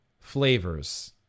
Flavors